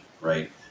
right